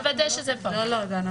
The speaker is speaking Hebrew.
נוודא שזה פה.